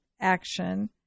action